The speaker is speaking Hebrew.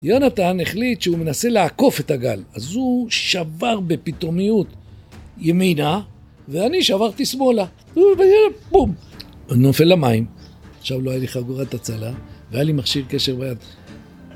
יונתן החליט שהוא מנסה לעקוף את הגל, אז הוא שבר בפתאומיות ימינה, ואני שברתי שמאלה בום אני נופל למים, עכשיו לא היה לי חגורת הצלה, והיה לי מכשיר קשר ביד